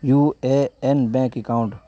U A N bank account